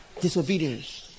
disobedience